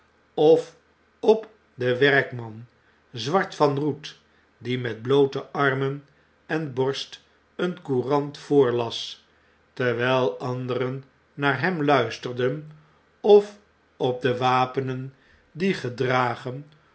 of op den werkman zwart van roet die met bloote armen en borst eene courant voorlas terwn'l anderen naar hem luisterden of op de wapenen die gedragen